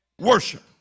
Worship